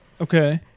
Okay